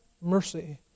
mercy